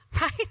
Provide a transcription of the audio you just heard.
right